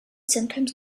sometimes